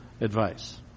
advice